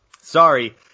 sorry